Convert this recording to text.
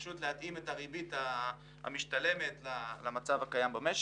פשוט להתאים את הריבית המשתלמת למצב הקיים במשק.